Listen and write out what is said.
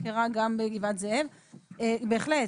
בהחלט.